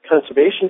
Conservation